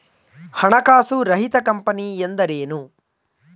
ಹಣಕಾಸು ರಹಿತ ಕಂಪನಿ ಎಂದರೇನು?